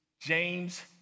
James